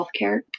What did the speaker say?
healthcare